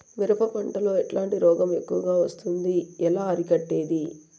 మిరప పంట లో ఎట్లాంటి రోగం ఎక్కువగా వస్తుంది? ఎలా అరికట్టేది?